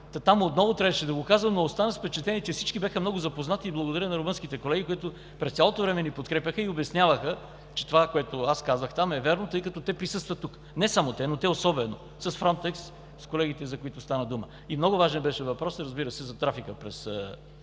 Там отново трябваше да го казвам, но останах с впечатление, че всички бяха много запознати. Благодаря на румънските колеги, които през цялото време ни подкрепяха и обясняваха, че това, което аз казах там, е вярно, тъй като те присъстват тук. Не само те, но те особено с „Фронтекс”, с колегите, за които стана дума. И много важен беше въпросът, разбира се, за трафика през